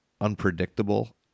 unpredictable